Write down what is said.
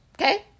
Okay